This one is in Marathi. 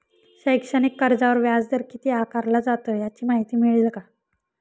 शैक्षणिक कर्जावर व्याजदर किती आकारला जातो? याची माहिती मिळेल का?